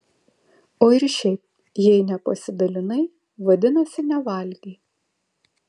o ir šiaip jei nepasidalinai vadinasi nevalgei